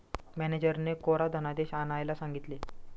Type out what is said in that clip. मॅनेजरने कोरा धनादेश आणायला सांगितले